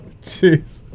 jeez